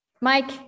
Mike